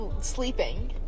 sleeping